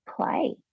play